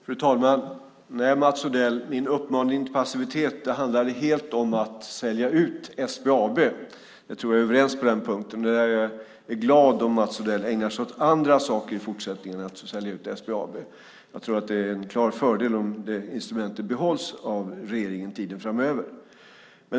Fru talman! Nej, Mats Odell, min uppmaning till passivitet handlade helt om att sälja ut SBAB. Jag tror att vi är överens på den punkten. Jag är glad om Mats Odell ägnar sig åt andra saker i fortsättningen än att sälja ut SBAB. Jag tror att det är en klar fördel om det instrumentet behålls av regeringen tiden framöver.